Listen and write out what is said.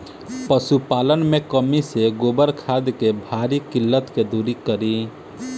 पशुपालन मे कमी से गोबर खाद के भारी किल्लत के दुरी करी?